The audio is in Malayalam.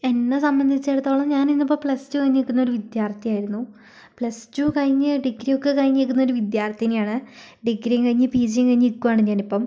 എന്നെ സംബന്ധിച്ചിടത്തോളം ഞാനിന്നിപ്പോൾ പ്ലസ് ടു കഴിഞ്ഞ് നിൽക്കുന്നൊരു വിദ്യാർഥിയായിരുന്നു പ്ലസ് ടു കഴിഞ്ഞ് ഡിഗ്രിയൊക്കെ കഴിഞ്ഞ് നിൽക്കുന്ന വിദ്യാർഥിനിയാണ് ഡിഗ്രി കഴിഞ്ഞ് പിജിയും കഴിഞ്ഞ് നിൽക്കുകയാണ് ഞാനിപ്പോൾ